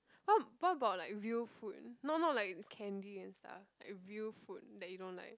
what what about like real food not not like the candy and stuff like real food that you don't like